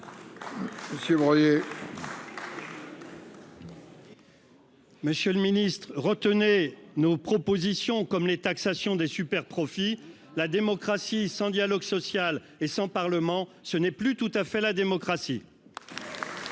Monsieur le Ministre, retenez nos propositions comme les taxation des superprofits la démocratie sans dialogue social et sans Parlement, ce n'est plus tout à fait la démocratie.